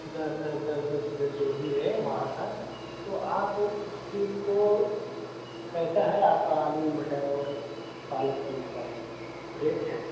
the दस दस plate जो भी है वहाँ का तो आप उस चीज को कैसा है आपका आलू मटर और पालक पनीर का रेट क्या है